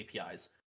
APIs